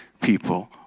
people